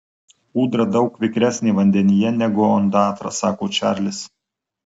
ūdra daug vikresnė vandenyje negu ondatra sako čarlis